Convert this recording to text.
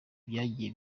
byagiye